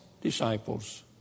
disciples